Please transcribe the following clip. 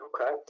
Okay